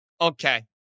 Okay